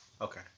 Okay